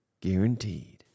guaranteed